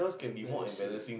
embarrassing